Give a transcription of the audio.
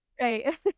Right